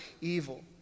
evil